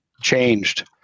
changed